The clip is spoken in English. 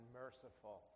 merciful